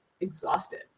exhausted